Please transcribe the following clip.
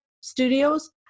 studios